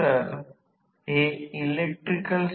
म्हणून जर या सर्व गोष्टी सुलभ कराव्यात तर VA यास या N1 N2 N1 करा